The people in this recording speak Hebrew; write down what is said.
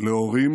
להורים